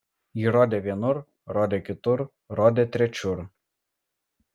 ji rodė vienur rodė kitur rodė trečiur